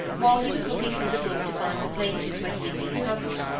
while he was looking through the book to find the places where he had been puzzled,